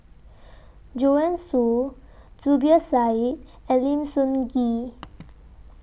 Joanne Soo Zubir Said and Lim Sun Gee